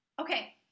Okay